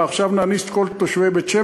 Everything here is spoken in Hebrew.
מה, עכשיו נעניש את כל תושבי בית-שמש?